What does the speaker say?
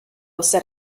said